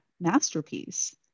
masterpiece